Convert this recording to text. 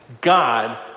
God